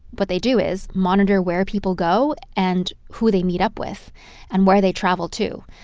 but they do is monitor where people go and who they meet up with and where they travel to